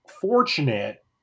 fortunate